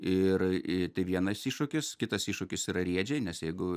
ir į tai vienas iššūkis kitas iššūkis yra riedžiai nes jeigu